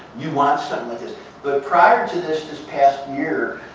you want something like this. but prior to this, this past year,